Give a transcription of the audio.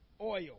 oil